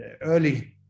early